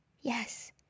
Yes